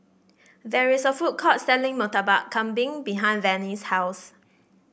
there is a food court selling Murtabak Kambing behind Vannie's house